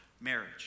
marriage